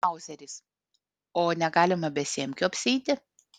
mauzeris o negalima be semkių apsieiti